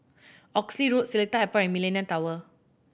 Oxley Road Seletar Airport and Millenia Tower